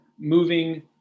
Moving